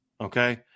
okay